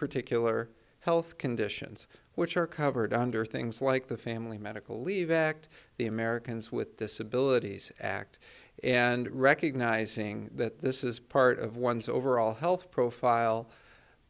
particular health conditions which are covered under things like the family medical leave act the americans with disabilities act and recognizing that this is part of one's overall health profile